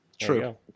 True